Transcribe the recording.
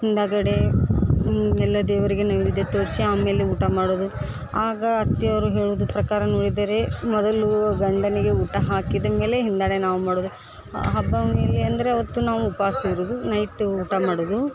ಹಿಂದುಗಡೆ ಎಲ್ಲ ದೇವರಿಗೆ ನೈವೇದ್ಯ ತೋರಿಸಿ ಆಮೇಲೆ ಊಟ ಮಾಡೋದು ಆಗ ಅತ್ತೆ ಅವರು ಹೇಳುವುದು ಪ್ರಕಾರ ನೋಡಿದರೆ ಮೊದಲೂ ಗಂಡನಿಗೆ ಊಟ ಹಾಕಿದ ಮೇಲೆ ಹಿಂದಡೆ ನಾವು ಮಾಡುವುದು ಹಬ್ಬ ಹುಣ್ಣಿಲಿ ಅಂದರೆ ಅವತ್ತು ನಾವು ಉಪವಾಸ ಇರುವುದು ನೈಟ್ ಊಟ ಮಾಡುವುದು